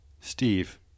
Steve